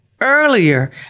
Earlier